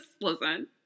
listen